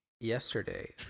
yesterday